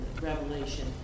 Revelation